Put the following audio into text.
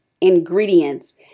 ingredients